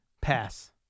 Pass